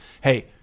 Hey